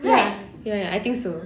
ya ya ya I think so